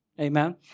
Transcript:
Amen